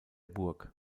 burg